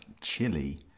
chili